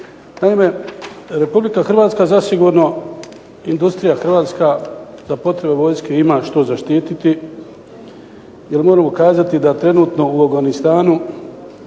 Naime, Republika Hrvatska zasigurno, industrija hrvatska za potrebe vojske ima što zaštititi, jer moramo kazati da trenutno u Afganistanu